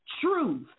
truth